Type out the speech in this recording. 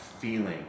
feeling